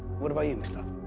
what about you, mustafa?